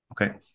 Okay